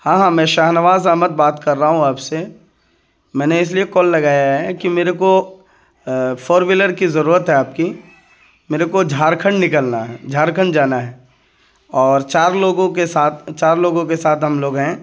ہاں ہاں میں شاہنواز احمد بات کر رہا ہوں آپ سے میں نے اس لیے کال لگایا ہے کہ میرے کو فور وہیلر کی ضرورت ہے آپ کی میرے کو جھارکھنڈ نکلنا ہے جھارکھنڈ جانا ہے اور چار لوگوں کے ساتھ چار لوگوں کے ساتھ ہم لوگ ہیں